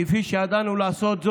כפי שאמרתי,